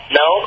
no